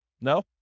No